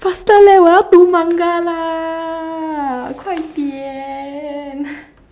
faster leh 我要读 manga lah 快点